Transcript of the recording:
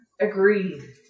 Agreed